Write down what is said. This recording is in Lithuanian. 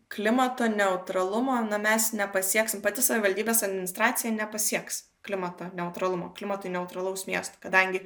klimato neutralumo na mes nepasieksim pati savivaldybės administracija nepasieks klimato neutralumo klimatui neutralaus miesto kadangi